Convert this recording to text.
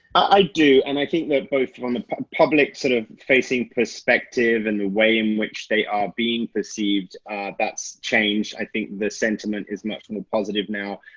i do. and i think that both from the public sort of facing perspective in the way in which they are being perceived that's changed. i think the sentiment is much more positive now.